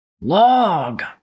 Log